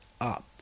up